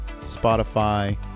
Spotify